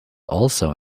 also